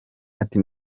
ati